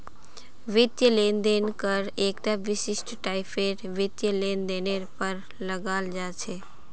वित्तीय लेन देन कर एकता विशिष्ट टाइपेर वित्तीय लेनदेनेर पर लगाल जा छेक